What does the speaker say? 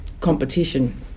competition